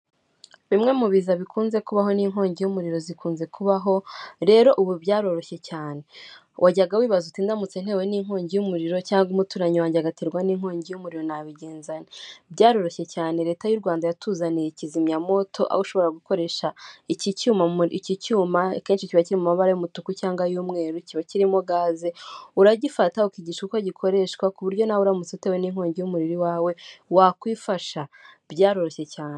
Imwe mubiza bikunze kubaho n'inkongi yumuriro zikunze kubaho. Rero ubu byaroroshye cyane wajyaga wibaza ngo ntewe n'inkongi y'umuriro cyangwa umuturanyi nyumuriro nabigenzante? byaroroshye cyane reta y'Urwanda yatuzaniye kizamya mwoto. Aho ushobora gukoresha iki cyuma. kenshi kiba kiri mumabara y'umutimu cyangwa y'umweru. Uragifata ukigishwa uko gikoreshwa kuburyo uramutse utewe n'inkongi yumuriro iwawe wakifasha byaroroshye cyane.